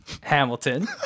hamilton